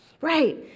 Right